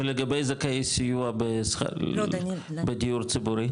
ולגבי זכאי סיוע בדיור ציבורי?